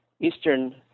eastern